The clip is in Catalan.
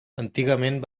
antigament